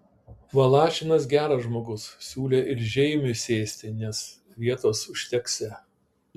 valašinas geras žmogus siūlė ir žeimiui sėsti nes vietos užteksią